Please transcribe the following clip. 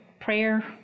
prayer